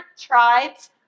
tribes